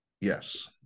Yes